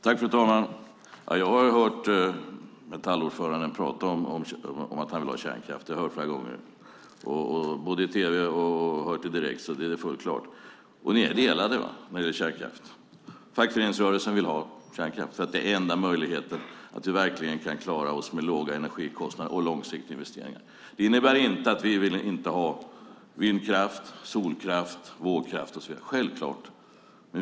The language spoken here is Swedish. Fru talman! Jag har hört Metallordföranden prata om att han vill ha kärnkraft. Det har jag hört flera gånger, både i tv och direkt. Ni är delade i frågan om kärnkraft, Karin Åström. Fackföreningsrörelsen vill ha kärnkraft eftersom det är enda möjligheten att få låga energikostnader och långsiktiga investeringar. Det innebär självklart inte att vi inte vill ha vindkraft, solkraft, vågkraft och så vidare.